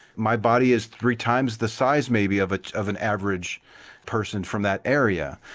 my body is three times the size maybe of of an average person from that area.